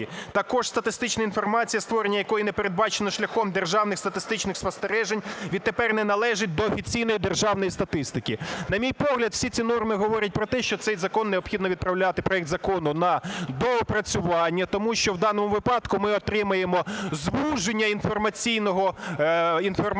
Також статистична інформація, створення якої не передбачено шляхом державних статистичних спостережень, відтепер не належить до офіційної державної статистики. На мій погляд, всі ці норми говорять про те, що цей закон необхідно відправляти… проект закону на доопрацювання, тому що в даному випадку ми отримаємо звуження інформаційного… інформації